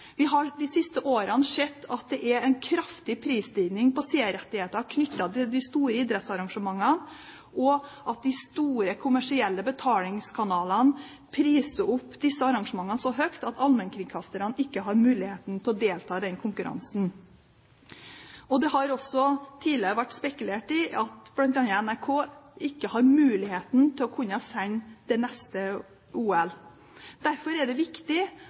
Vi har de siste årene sett at det er en kraftig prisstigning på seerrettigheter knyttet til de store idrettsarrangementene, og at de store kommersielle betalingskanalene priser opp disse arrangementene så høyt at allmennkringkasterne ikke har muligheten til å delta i den konkurransen. Det har også tidligere vært spekulert i at bl.a. NRK ikke har muligheten til å kunne sende det neste OL. Derfor er det viktig